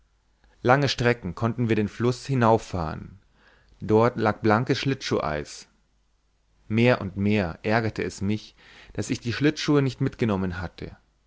lange strecken konnten wir den fluß hinauffahren dort lag blankes schlittschuheis mehr und mehr ärgerte es mich daß ich die schlittschuhe nicht mitgenommen hatte